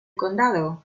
condado